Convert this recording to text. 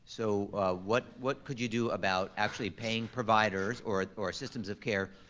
so what what could you do about actually paying providers, or or systems of care,